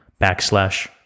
backslash